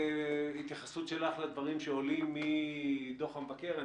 התייחסות שלך לדברים שעולים מדוח מבקר המדינה.